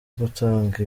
gutanga